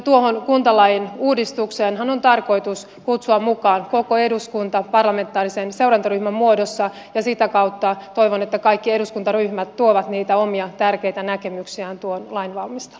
tuohon kuntalain uudistukseenhan on tarkoitus kutsua mukaan koko eduskunta parlamentaarisen seurantaryhmän muodossa ja sitä kautta toivon että kaikki eduskuntaryhmät tuovat niitä omia tärkeitä näkemyksiään tuon lain valmisteluun